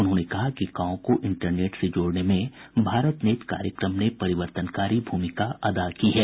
उन्होंने कहा कि गांवों को इंटरनेट से जोड़ने में भारत नेट कार्यक्रम ने परिवर्तनकारी भूमिका अदा की है